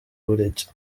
bubiligi